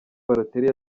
balotelli